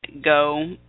go